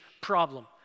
problem